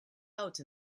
out